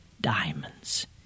diamonds